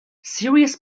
serious